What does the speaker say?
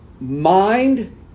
mind